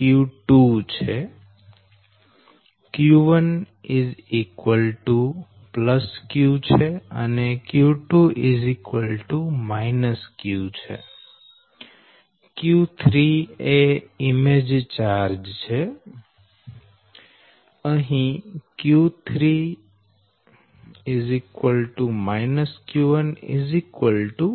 q2 છે q1 q છે અને q2 q છે q3 એ ઈમેજ ચાર્જ છે એટલે q3 q1 q થશે